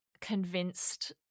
convinced